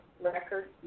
record